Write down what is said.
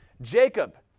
Jacob